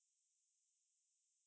ya it's not bad it's not bad